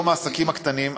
ביום העסקים הקטנים,